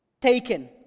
taken